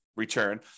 Return